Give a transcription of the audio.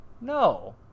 no